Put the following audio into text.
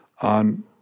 on